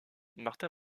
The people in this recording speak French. martin